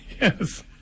Yes